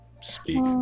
Speak